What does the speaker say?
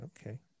okay